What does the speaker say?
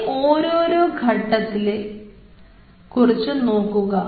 ഈ ഓരോ ഓരോ ഘട്ടത്തെ കുറിച്ച് നോക്കുക